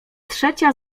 trzecia